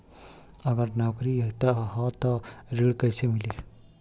अगर नौकरी ह त ऋण कैसे मिली?